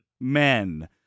Men